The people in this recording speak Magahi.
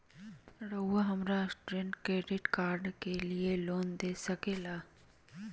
रहुआ हमरा स्टूडेंट क्रेडिट कार्ड के लिए लोन दे सके ला?